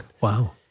Wow